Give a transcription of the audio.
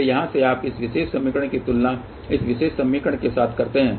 इसलिए यहां से आप इस विशेष समीकरण की तुलना इस विशेष समीकरण के साथ करते हैं